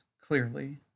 clearly